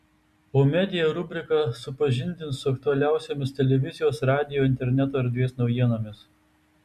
o media rubrika supažindins su aktualiausiomis televizijos radijo interneto erdvės naujienomis